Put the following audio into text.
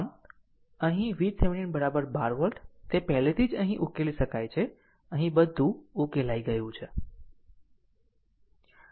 આમ અહીં VThevenin 12 volt તે પહેલાથી જ અહીં ઉકેલી શકાય છે અહીં બધું ઉકેલાઈ ગયું છે